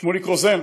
שמוליק רוזן,